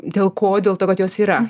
dėl ko dėl to kad jos yra